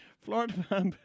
Florida